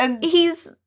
he's-